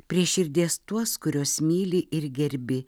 prie širdies tuos kuriuos myli ir gerbi